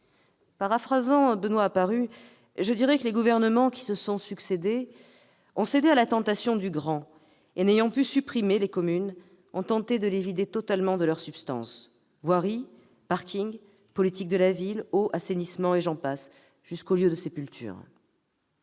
Paraphrasant Benoist Apparu, je dirai que les gouvernements qui se sont succédé ont cédé à la tentation du « grand » et, n'ayant pu supprimer les communes, ont tenté de les vider totalement de leur substance : voirie, parkings, politique de la ville, eau, assainissement, et j'en passe, jusqu'aux lieux de sépulture